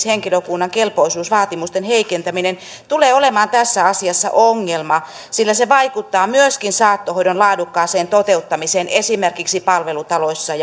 henkilökunnan kelpoisuusvaatimusten heikentäminen tulee olemaan tässä asiassa ongelma sillä se vaikuttaa myöskin saattohoidon laadukkaaseen toteuttamiseen esimerkiksi palvelutaloissa